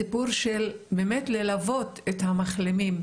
הסיפור של באמת ללוות את המחלימים